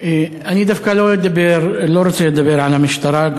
אני דווקא לא רוצה לדבר על המשטרה,